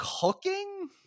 cooking